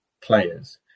players